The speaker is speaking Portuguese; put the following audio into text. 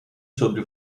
sobre